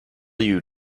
you